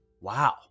wow